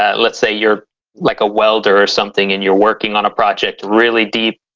ah let's say, you're like a welder or something and you're working on a project really deep,